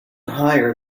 higher